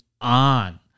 on